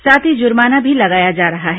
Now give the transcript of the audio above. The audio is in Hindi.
साथ ही जुर्माना भी लगाया जा रहा है